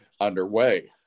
underway